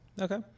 Okay